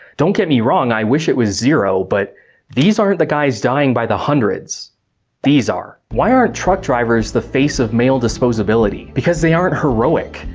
don't get me wrong, i wish it was zero, but these aren't the guys dying by the hundreds these are. why aren't truck drivers the face of male disposability? because they aren't heroic,